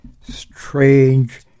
Strange